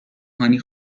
هانی